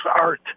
art